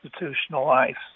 institutionalized